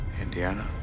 Indiana